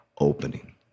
opening